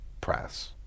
press